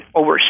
over